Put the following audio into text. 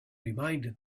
reminded